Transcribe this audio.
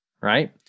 right